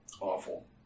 Awful